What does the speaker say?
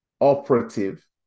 operative